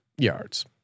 Yards